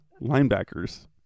linebackers